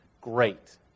great